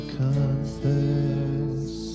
confess